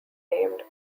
named